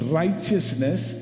righteousness